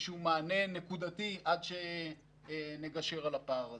מענה נקודתי עד שנגשר על הפער הזה.